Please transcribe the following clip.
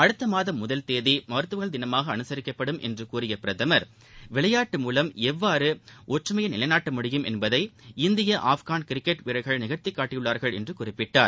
அடுத்தமாதம் முதல் தேதி மருத்துவா்கள் தினமாக அனுசரிக்கப்படும் என்று கூறிய பிரதம் விளையாட்டு மூவம் எவ்வாறு ஒற்றுமையை நிலைநாட்ட முடியும் என்பதை இந்திய ஆப்கள் கிரிக்கெட் வீரர்கள் நிகழ்த்தி காட்டியுள்ளார்கள் என்று குறிப்பிட்டார்